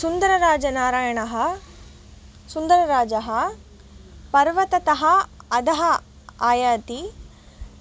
सुन्दरराजनारायणः सुन्दरराजः पर्वततः अधः आयाति